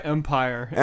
Empire